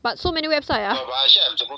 but so many website ah